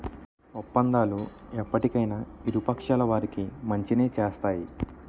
ఒప్పందాలు ఎప్పటికైనా ఇరు పక్షాల వారికి మంచినే చేస్తాయి